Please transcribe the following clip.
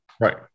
Right